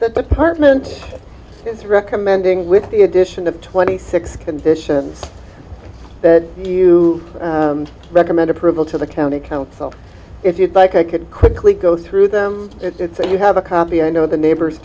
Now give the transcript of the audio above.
but pertinence is recommending with the addition of twenty six conditions that you recommend approval to the county council if you'd like i could quickly go through them it said you have a copy i know the neighbors